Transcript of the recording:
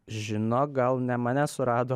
žinok gal ne mane surado